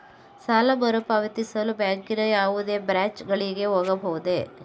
ಸಾಲ ಮರುಪಾವತಿಸಲು ಬ್ಯಾಂಕಿನ ಯಾವುದೇ ಬ್ರಾಂಚ್ ಗಳಿಗೆ ಹೋಗಬಹುದೇ?